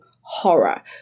horror